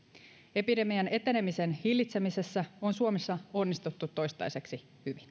epidemian etenemisen hillitsemisessä on suomessa onnistuttu toistaiseksi hyvin